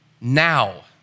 Now